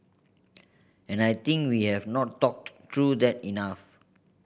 and I think we have not talked through that enough